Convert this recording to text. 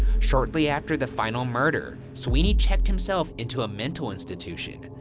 shortly after the final murder, sweeney checked himself into a mental institution,